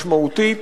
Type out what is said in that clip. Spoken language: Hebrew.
משמעותית,